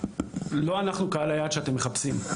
לא אנחנו קהל היעד שאתם מחפשים.